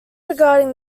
regarding